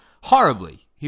horribly